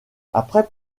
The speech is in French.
après